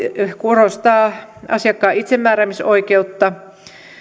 korostaa asiakkaan itsemääräämisoikeutta